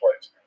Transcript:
place